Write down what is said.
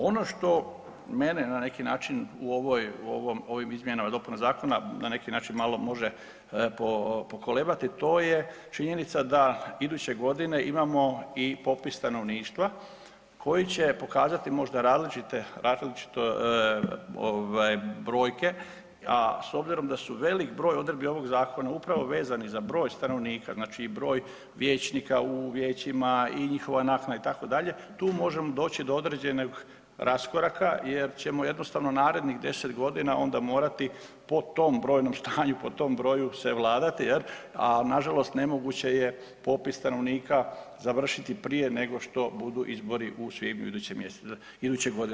Ono što mene na neki način u ovim izmjenama i dopunama zakona na neki način malo može pokolebati to je činjenica da iduće godine imamo i popis stanovništva koji će pokazati možda različite brojke, a s obzirom da su velik broj odredbi ovog zakona upravo vezani za broj stanovnika, znači i broj vijećnika u vijećima i njihovoj naknadi itd. tu možemo doći do određenih raskoraka jer ćemo jednostavno narednih 10 godina onda morati po tom brojnom stanju, po tom broju se vladati a na žalost nemoguće je popis stanovnika završiti prije nego što budu izbori u svibnju iduće godine.